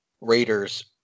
Raiders